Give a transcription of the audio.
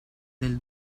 del